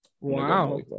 Wow